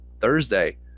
Thursday